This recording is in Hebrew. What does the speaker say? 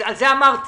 זה אמרתי.